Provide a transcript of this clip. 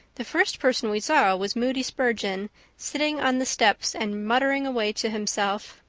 the first person we saw was moody spurgeon sitting on the steps and muttering away to himself.